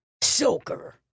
Soaker